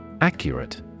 Accurate